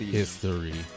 history